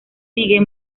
sigue